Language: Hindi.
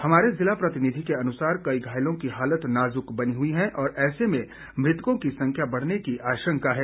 हमारे जिला प्रतिनिधि के अनुसार कई घायलों की हालत नाजुक बनी हुई है और ऐसे में मृतकों की संख्या बढ़ने की आशंका है